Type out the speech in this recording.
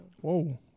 whoa